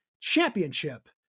Championship